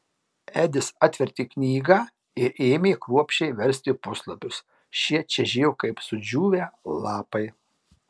edis atvertė knygą ir ėmė kruopščiai versti puslapius šie čežėjo kaip sudžiūvę lapai